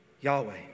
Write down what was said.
Yahweh